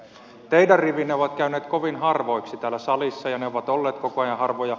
teidän rivinne ovat käyneet kovin harvoiksi täällä salissa ja ne ovat olleet koko ajan harvoja